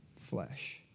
flesh